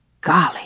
Golly